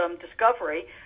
discovery